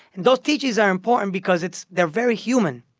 and those teachings are important because it's they're very human.